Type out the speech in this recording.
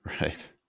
Right